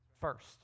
first